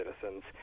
citizens